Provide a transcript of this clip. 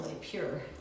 pure